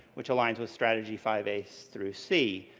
which aligns with strategy five a so through c.